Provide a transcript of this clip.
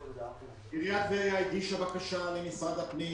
עיריית טבריה הגישה בקשה למשרד הפנים